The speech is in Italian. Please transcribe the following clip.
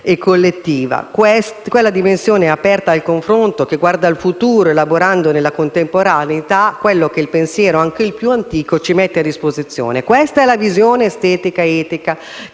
e collettiva; quella dimensione aperta al confronto che guarda al futuro elaborando nella contemporaneità quello che il pensiero, anche il più antico, ci mette a disposizione. Questa è la visione estetica ed etica